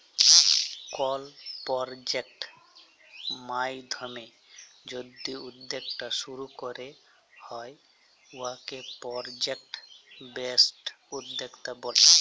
call project মাইধ্যমে যদি উদ্যক্তা শুরু ক্যরা হ্যয় উয়াকে পরজেক্ট বেসড উদ্যক্তা ব্যলে